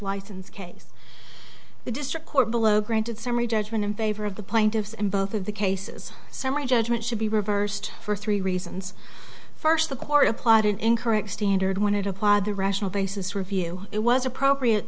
license case the district court below granted summary judgment in favor of the plaintiffs and both of the cases summary judgment should be reversed for three reasons first the court applied an incorrect standard when it applied the rational basis review it was appropriate